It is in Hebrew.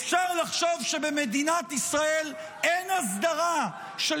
אפשר לחשוב שבמדינת ישראל אין הסדרה של